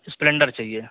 Splendor چاہیے